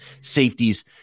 safeties